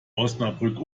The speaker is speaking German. osnabrück